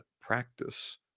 practice